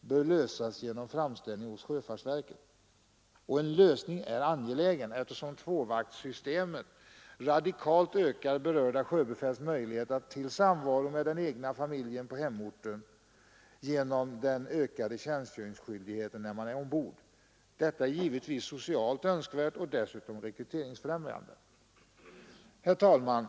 bör lösas genom framställning hos sjöfartsverket. Och en lösning är angelägen, eftersom tvåvaktssystemet radikalt ökar berört sjöbefäls möjligheter till samvaro med den egna familjen på hemorten genom den ökade tjänstgöringsskyldigheten när man är ombord. Detta är givetvis socialt önskvärt och dessutom rekryteringsfrämjande. Herr talman!